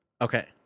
Okay